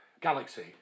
Galaxy